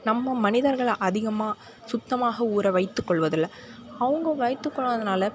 நம்ம மனிதர்களை அதிகமாக சுத்தமாக ஊரை வைத்து கொள்வதில்லை அவங்க வைத்து கொள்ளாததுனால்